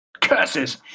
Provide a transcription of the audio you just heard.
curses